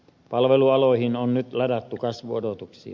palvelualoihin on nyt ladattu kasvuodotuksia